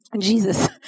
Jesus